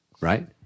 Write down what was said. right